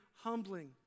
humbling